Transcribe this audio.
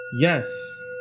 Yes